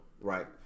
Right